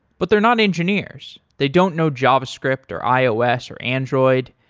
but they're not engineers. they don't know javascript or ios or android,